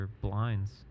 blinds